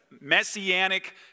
messianic